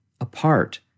apart